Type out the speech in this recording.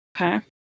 Okay